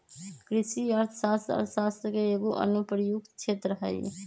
कृषि अर्थशास्त्र अर्थशास्त्र के एगो अनुप्रयुक्त क्षेत्र हइ